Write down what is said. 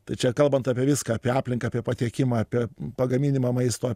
tai čia kalbant apie viską apie aplinką apie pateikimą apie pagaminimą maisto